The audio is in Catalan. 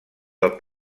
del